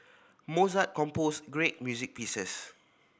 Mozart composed great music pieces